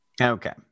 Okay